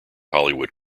hollywood